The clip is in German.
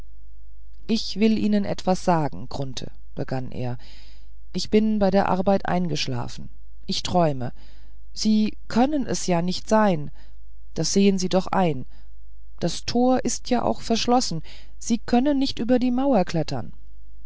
ich will ihnen etwas sagen grunthe begann er ich bin bei der arbeit eingeschlafen ich träume sie können es ja nicht sein das sehen sie doch ein das tor ist ja auch verschlossen sie können nicht über die mauer klettern